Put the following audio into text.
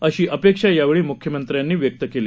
अशी अपेक्षा यावेळी मुख्यमंत्र्यांनी व्यक्त केली